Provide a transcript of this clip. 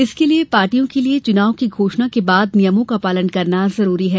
इसके लिए पार्टियों के लिए चुनाव की घोषणा के बाद नियमों का पालन करना जरूरी है